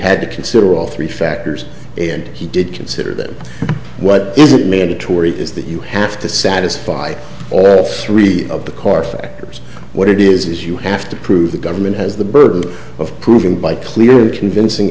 had to consider all three factors and he did consider that what isn't mandatory is that you have to satisfy all three of the core factors what it is is you have to prove the government has the burden of proving by clear and convincing